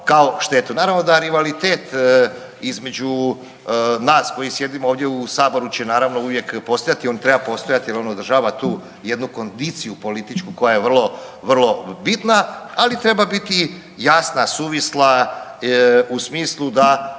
Naravno da rivalitet između nas koji sjedimo ovdje u saboru će naravno uvijek postojati, on treba postajati jer održava tu jednu kondiciju političku koja je vrlo, vrlo bitna, ali treba biti jasna i suvisla u smislu da